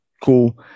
Cool